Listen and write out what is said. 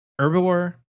Herbivore